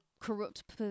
corrupt